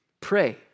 Pray